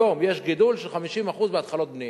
היום יש גידול של 50% בהתחלות בנייה.